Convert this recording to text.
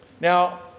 Now